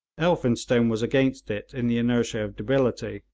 elphinstone was against it in the inertia of debility,